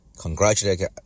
congratulate